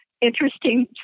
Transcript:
interesting